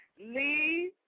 Leave